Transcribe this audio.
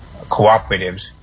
cooperatives